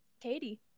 Katie